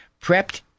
prepped